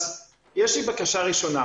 אז יש לי בקשה ראשונה